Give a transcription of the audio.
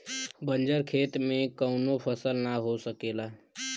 बंजर खेत में कउनो फसल ना हो सकेला